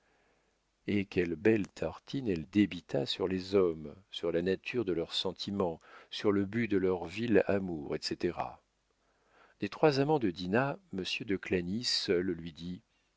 et quelles belles tartines elle débita sur les hommes sur la nature de leurs sentiments sur le but de leur vil amour etc des trois amants de dinah monsieur de clagny seul lui dit